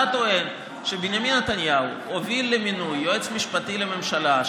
אתה טוען שבנימין נתניהו הוביל למינוי יועץ משפטי לממשלה,